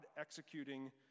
executing